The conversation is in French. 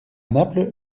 naples